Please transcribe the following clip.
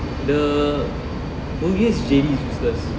the bugis J D is useless